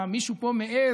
מה, מישהו פה מעז,